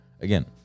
Again